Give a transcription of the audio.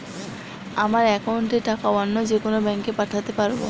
আমার একাউন্টের টাকা অন্য যেকোনো ব্যাঙ্কে পাঠাতে পারব?